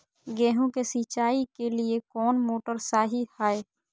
गेंहू के सिंचाई के लिए कौन मोटर शाही हाय?